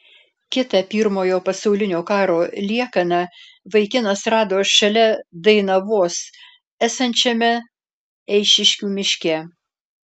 kitą pirmojo pasaulinio karo liekaną vaikinas rado šalia dainavos esančiame eišiškių miške